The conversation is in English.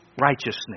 righteousness